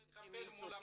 מצליחים למצוא פתרון.